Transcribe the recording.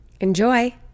Enjoy